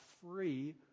free